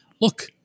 look